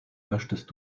möchtest